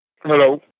Hello